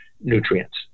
nutrients